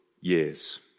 years